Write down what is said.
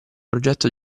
progetto